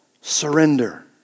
surrender